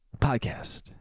Podcast